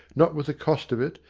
not with the cost of it,